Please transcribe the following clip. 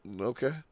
Okay